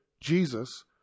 Jesus